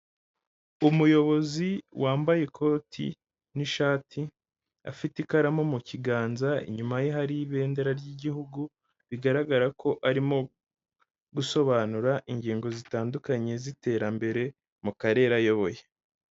Umuyobozi wambaye ikoti n'ishati afite ikaramu mu kiganza, inyuma ye hari ibendera ryigihugu, bigaragara ko arimo gusobanura ingingo zitandukanye z'iterambere mu karere ayoboye.